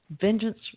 Vengeance